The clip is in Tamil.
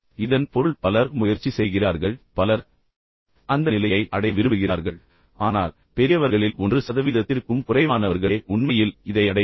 இதன் பொருள் பலர் முயற்சி செய்கிறார்கள் பலர் அந்த நிலையை அடைய விரும்புகிறார்கள் ஆனால் பெரியவர்களில் 1 சதவீதத்திற்கும் குறைவானவர்களே உண்மையில் இதை அடைகிறார்கள்